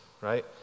right